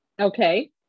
Okay